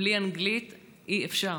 בלי אנגלית אי-אפשר,